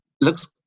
looks